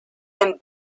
and